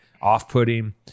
off-putting